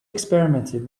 experimented